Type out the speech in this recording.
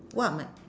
what are my